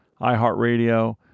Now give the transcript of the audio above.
iHeartRadio